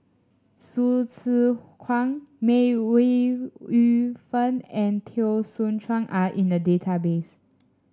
Hsu Tse Kwang May Ooi Yu Fen and Teo Soon Chuan are in the database